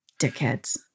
Dickheads